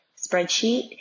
spreadsheet